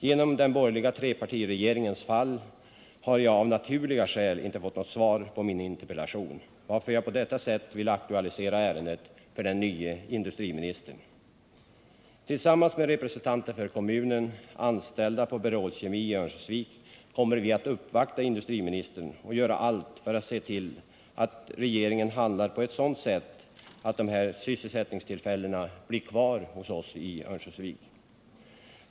Genom den borgerliga treparti regeringens fall har jag av naturliga skäl inte fått något svar på min interpellation, varför jag på detta sätt vill aktualisera ärendet för den nye industriministern. Tillsammans med representanter för kommunen och anställda på Berol Kemi i Örnsköldsvik kommer vi att uppvakta industriministern och göra allt för att se till att regeringen handlar på ett sådant sätt att dessa sysselsättningstillfällen blir kvar i Örnsköldsvik.